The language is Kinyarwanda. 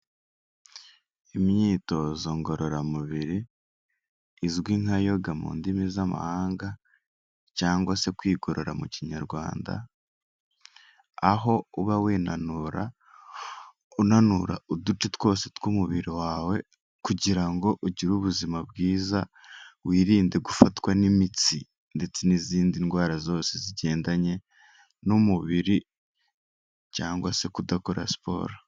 Imyitozo ngororamubiri izwi nka yoga mu ndimi z'amahanga cyangwa se kwikorera mu kinyarwanda. Aho uba winanura, unanura uduce twose tw'umubiri wawe kugira ngo ugire ubuzima bwiza. Wirinde gufatwa n'imitsi ndetse n'izindi ndwara zose zigendanye n'umubiri cyangwa se kudakora siporo.